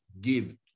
Give